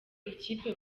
ikipe